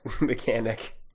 mechanic